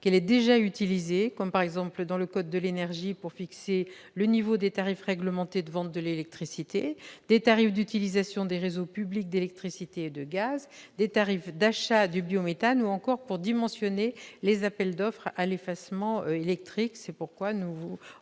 et est déjà utilisée, dans le code de l'énergie, pour fixer le niveau des tarifs réglementés de vente d'électricité, des tarifs d'utilisation des réseaux publics d'électricité et de gaz, et des tarifs d'achat du biométhane, ou encore pour dimensionner les appels d'offres à l'effacement électrique. C'est pourquoi nous vous